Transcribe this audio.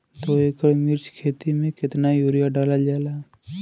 दो एकड़ मिर्च की खेती में कितना यूरिया डालल जाला?